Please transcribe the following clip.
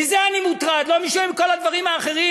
מזה אני מוטרד לא מכל הדברים האחרים,